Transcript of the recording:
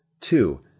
Two